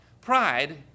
pride